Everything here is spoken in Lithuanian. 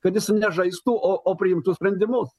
kad jis nežaistų o o priimtų sprendimus